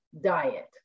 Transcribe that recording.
diet